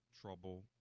trouble